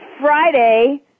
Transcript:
Friday